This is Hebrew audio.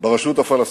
ברשות הפלסטינית,